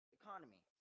economy